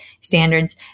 standards